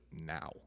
now